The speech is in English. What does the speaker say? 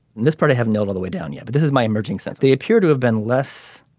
this part i have no other way down. yeah but this is my emerging sense they appear to have been less